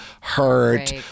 hurt